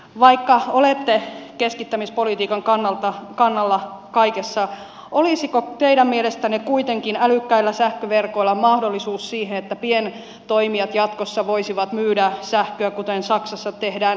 vaikka olette keskittämispolitiikan kannalla kaikessa olisiko teidän mielestänne kuitenkin älykkäillä sähköverkoilla mahdollisuus siihen että pientoimijat jatkossa voisivat myydä sähköä kuten saksassa tehdään